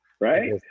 Right